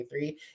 2023